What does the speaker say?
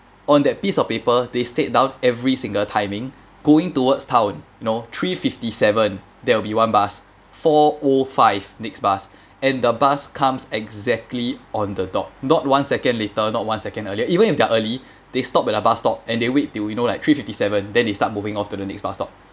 on that piece of paper they state down every single timing going towards town you know three fifty seven there will be one bus four O five next bus and the bus comes exactly on the dot not one second later not one second earlier even they are early they stopped at the bus stop and they wait they will know like three fifty seven then they start moving off to the next bus stop